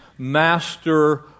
master